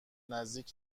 نزدیک